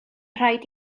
rhaid